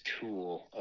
tool